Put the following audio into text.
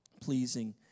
pleasing